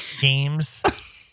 games